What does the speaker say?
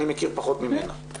אני מכיר פחות ממנה.